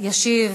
ישיב